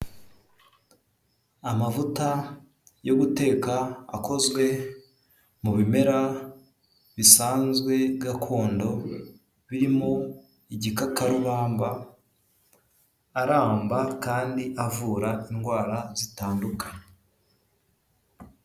Amavuta yo guteka, akozwe mu bimera, bisanzwe gakondo, birimo igikatarubamba, aramba kandi avura indwara zitandukanye.